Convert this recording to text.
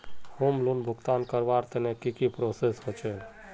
Home loan भुगतान करवार तने की की प्रोसेस होचे?